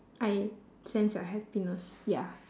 I sense your happiness ya